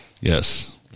yes